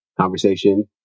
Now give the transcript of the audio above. Conversation